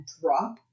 drop